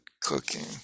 cooking